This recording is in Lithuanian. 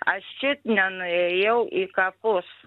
aš čiut nenuėjau į kapus